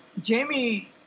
Jamie